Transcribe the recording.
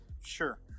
sure